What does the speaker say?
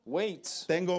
wait